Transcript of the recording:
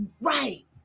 right